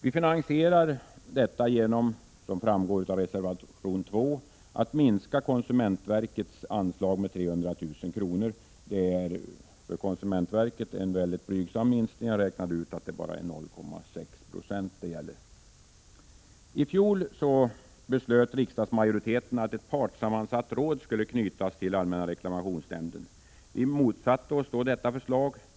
Som framgår av reservation 2 finansierar vi detta förslag genom att minska konsumentverkets anslag med 300 000 kr. Det är en mycket blygsam minskning för konsumentverket. Jag har räknat ut att det är en minskning med 0,6 2. I fjol beslöt riksdagsmajoriteten att ett partssammansatt råd skulle knytas till allmänna reklamationsnämnden. Vi motsatte oss då detta förslag.